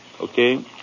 Okay